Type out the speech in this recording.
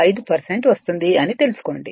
5 వస్తుంది అని తెలుసుకోండి